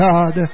God